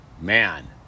man